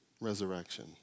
resurrection